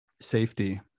safety